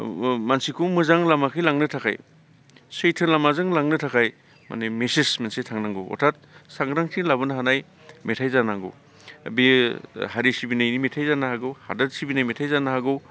मानसिखौ मोजां लामाथिं लांनो थाखाय सैथो लामाजों लांनो थाखाय माने मेसेज मोनसे थांनांगौ अर्थाद सांग्रांथि लाबोनो हानाय मेथाइ जानांगौ बेयो हारि सिबिनायनि मेथाइ जानो हागौ हादोर सिबिनाय मेथाइ जानो हागौ